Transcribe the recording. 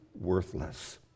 worthless